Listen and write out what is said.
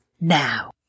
Now